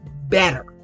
better